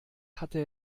hatte